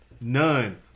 None